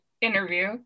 interview